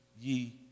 ye